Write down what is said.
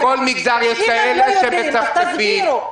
אם הם לא יודעים אז תגדירו.